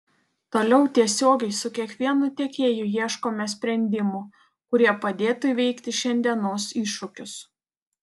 toliau tiesiogiai su kiekvienu tiekėju ieškome sprendimų kurie padėtų įveikti šiandienos iššūkius